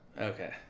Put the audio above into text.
Okay